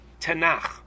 Tanakh